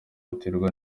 biterwa